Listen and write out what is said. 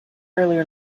earlier